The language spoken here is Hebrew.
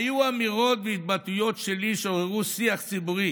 היו אמירות והתבטאויות שלי שעוררו שיח ציבורי,